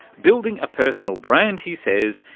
building a personal brand, he says,